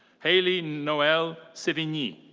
hayley noelle sevigny.